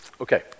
Okay